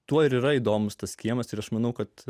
tuo ir yra įdomūs tas kiemas ir aš manau kad